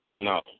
No